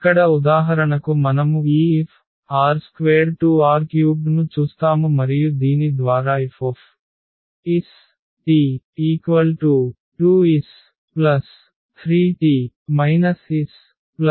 ఇక్కడ ఉదాహరణకు మనము ఈ FR2R3 ను చూస్తాము మరియు దీని ద్వారా Fst2s3t s5t 4s 3t